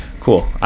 Cool